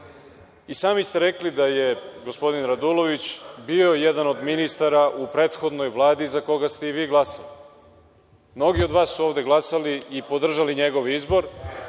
I sami ste rekli da je gospodin Radulović bio jedan od ministara u prethodnoj Vladi za koga ste i vi glasali. Mnogi od vas su ovde glasali i podržali njegov izbor